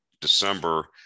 December